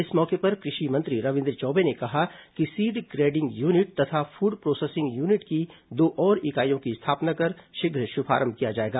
इस मौके पर कृषि मंत्री रविन्द्र चौबे ने कहा कि सीड ग्रेडिंग यूनिट तथा फूड प्रोसेसिंग यूनिट की दो और इकाइयों की स्थापना कर शीघ्र शुभारंभ किया जाएगा